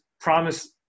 promise